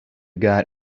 got